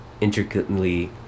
intricately